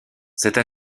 cette